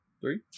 Three